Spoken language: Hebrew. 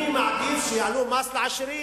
אני מעדיף שיעלו מס לעשירים.